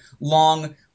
long